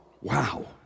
Wow